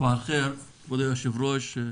כבוד היושב ראש,